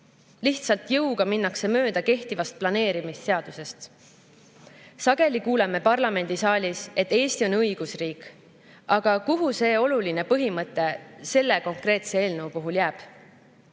Lihtsalt jõuga minnakse mööda kehtivast planeerimisseadusest. Sageli kuuleme parlamendisaalis, et Eesti on õigusriik. Aga kuhu see oluline põhimõte selle konkreetse eelnõu puhul jääb?